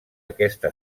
aquesta